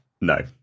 No